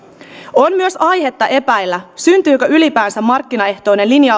on myös aihetta epäillä syntyykö ylipäänsä markkinaehtoista linja